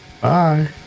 Bye